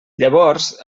llavors